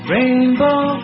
Rainbow